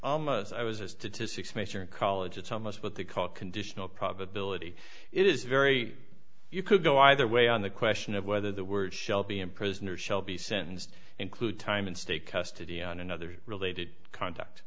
it's i was a statistics major in college it's almost what they call conditional probability it is very you could go either way on the question of whether the word shelby in prisoners shall be sentenced include time in state custody on another related contact